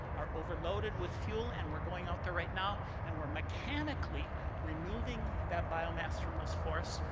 are overloaded with fuel. and we're going out there right now and we're mechanically removing that biomass from those forests,